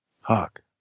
Huck